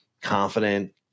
confident